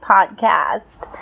Podcast